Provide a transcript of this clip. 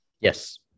Yes